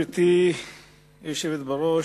גברתי היושבת בראש,